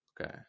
Okay